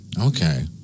okay